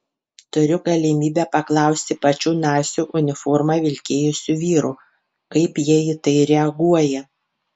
turiu galimybę paklausti pačių nacių uniformą vilkėjusių vyrų kaip jie į tai reaguoja